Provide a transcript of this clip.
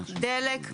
דלק,